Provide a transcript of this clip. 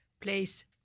Place